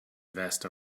vest